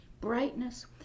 brightness